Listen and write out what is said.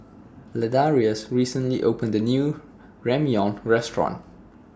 Ladarius recently opened A New Ramyeon Restaurant